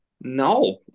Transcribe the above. no